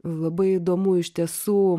labai įdomu iš tiesų